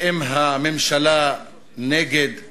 שאם הממשלה נגד העם,